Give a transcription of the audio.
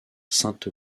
sainte